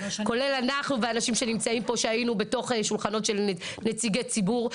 כולל אנחנו ואנשים שנמצאים פה שהיינו בתוך שולחנות של נציגי ציבור.